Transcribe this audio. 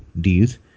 deals